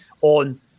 on